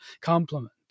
compliment